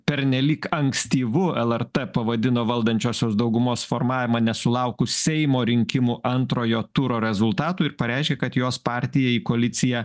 pernelyg ankstyvu lrt pavadino valdančiosios daugumos formavimą nesulaukus seimo rinkimų antrojo turo rezultatų ir pareiškė kad jos partija į koaliciją